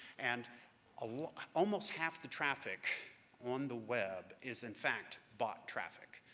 and ah almost half the traffic on the web is, in fact, bot traffic.